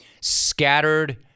scattered